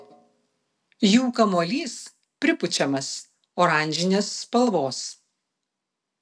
jų kamuolys pripučiamas oranžinės spalvos